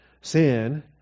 sin